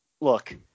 look